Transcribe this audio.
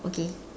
okay